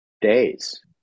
days